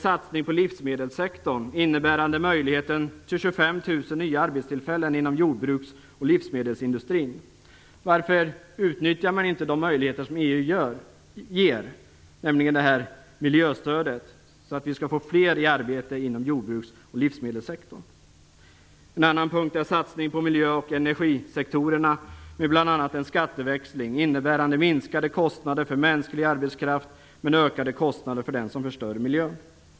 satsning på livsmedelssektorn innebärande möjlighet till 25 000 nya arbetstillfällen inom jordbruksoch livsmedelsindustrin, t.ex. genom att utnyttja de möjligheter som EU ger genom miljöstödet, så att vi kan få fler i arbete inom jordbruks och livsmedelssektorn, ? satsning på miljö och energisektorerna med bl.a. en skatteväxling innebärande minskade kostnader för mänsklig arbetskraft men ökade kostnader för den som förstör miljön, ?